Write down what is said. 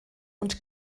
und